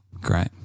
Great